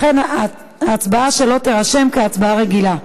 לכן ההצבעה שלו תירשם כהצבעה רגילה.